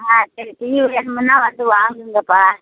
ஆ சரி டீ வேணும்முனா வந்து வாங்குங்கப்பா